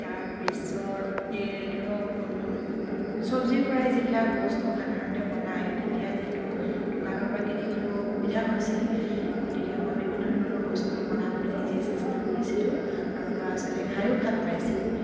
তাৰপিছত ধৰক চব্জিৰ পৰাই যিবিলাক বস্তু সাধাৰণতে বনায় এতিয়া যিহেতু দোকানৰ পৰা কিনিবলৈও অসুবিধা হৈছিল গতিকে মই বিভিন্ন ধৰণৰ বস্তু বনাবলৈ নিজে চেষ্টা কৰিছিলোঁ আৰু ল'ৰা ছোৱালীয়ে খাইও ভাল পাইছিল